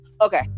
okay